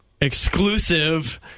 exclusive